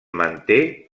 manté